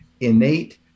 innate